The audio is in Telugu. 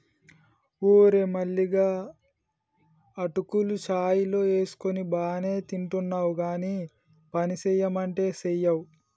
ఓరే మల్లిగా అటుకులు చాయ్ లో వేసుకొని బానే తింటున్నావ్ గానీ పనిసెయ్యమంటే సెయ్యవ్